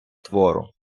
твору